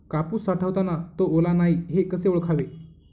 कापूस साठवताना तो ओला नाही हे कसे ओळखावे?